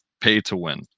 pay-to-win